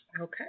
Okay